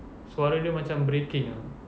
suara dia macam breaking ah